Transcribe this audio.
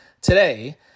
today